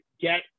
get